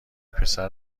پسر